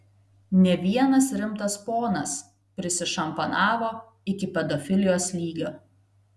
ne vienas rimtas ponas prisišampanavo iki pedofilijos lygio